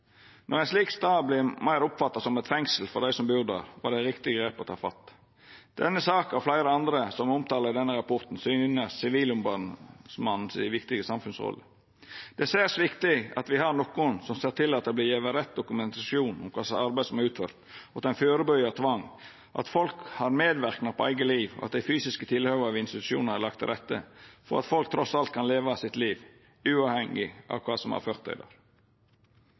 Når ein slik stad vert meir oppfatta som eit fengsel for dei som bur der, var det eit riktig grep å ta. Denne saka og fleire andre som er omtala i denne rapporten, syner Sivilombodsmannen si viktige samfunnsrolle. Det er særs viktig at me har nokon som ser til at det vert gjeve rett dokumentasjon om kva slags arbeid som er utført, at ein førebyggjer tvang, at folk har medverknad i eige liv, og at dei fysiske tilhøva i institusjonar er lagde til rette for at folk trass alt kan leva livet sitt, uavhengig av kva som har ført dei